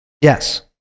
yes